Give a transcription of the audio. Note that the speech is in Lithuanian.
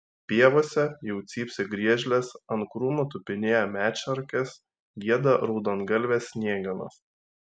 pievose jau cypsi griežlės ant krūmų tupinėja medšarkės gieda raudongalvės sniegenos